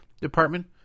department